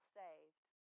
saved